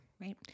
Right